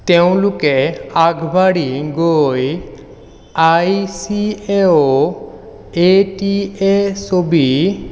তেওঁলোকে আগবাঢ়ি গৈ I C A O A T A ছবি